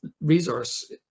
resource